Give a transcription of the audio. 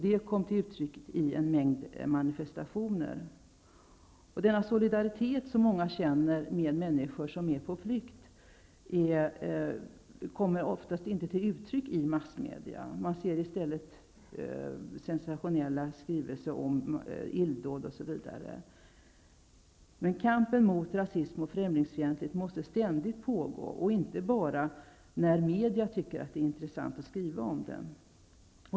Det kom till uttryck i en mängd manifestationer. Denna solidaritet som många känner med människor som är på flykt kommer oftast inte till uttryck i massmedia. I stället förekommer där sensationella skriverier om illdåd osv. Kampen mot rasismen och främlingsfientligheten måste ständigt pågå, inte bara när media tycker att det är intressant att skriva om dem.